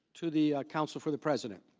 to the counsel for the president.